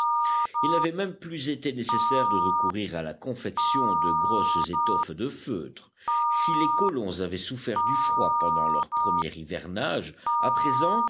il n'avait même plus été nécessaire de recourir à la confection de grosses étoffes de feutre si les colons avaient souffert du froid pendant leur premier hivernage à présent